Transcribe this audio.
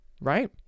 right